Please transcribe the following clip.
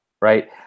right